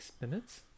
minutes